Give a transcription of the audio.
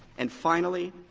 and finally,